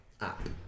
app